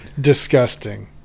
disgusting